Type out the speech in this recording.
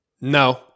No